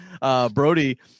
Brody